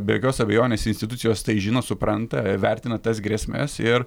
be jokios abejonės institucijos tai žino supranta vertina tas grėsmes ir